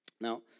Now